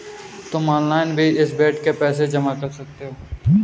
तुम ऑनलाइन भी इस बेड के पैसे जमा कर सकते हो